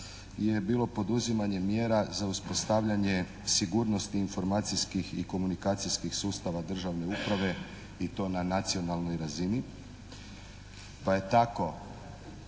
Pa je tako